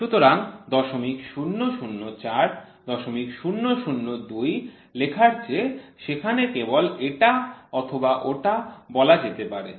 সুতরাং ০০০৪ ০০০২ লেখার চেয়ে সেখানে কেবল এটা অথবা ওটা বলা যেতে পারে